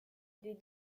des